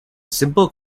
simple